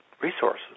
resources